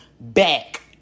back